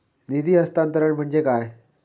निधी हस्तांतरण म्हणजे काय?